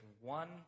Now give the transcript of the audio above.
one